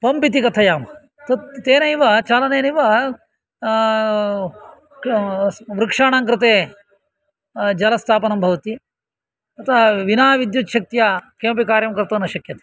pump इति कथयामः तेनैव चालनेनैव वृक्षाणां कृते जलस्थापनं भवति अतः विना विद्युत्शक्त्या किमपि कार्यं कर्तुं न शक्यते